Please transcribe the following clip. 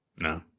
No